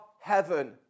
heaven